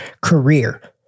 career